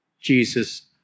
Jesus